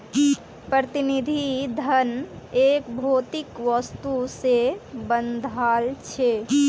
प्रतिनिधि धन एक भौतिक वस्तु से बंधाल छे